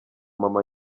mama